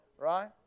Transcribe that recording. right